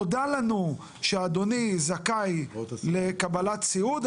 נודע לנו שאדוני זכאי לקבלת סיעוד,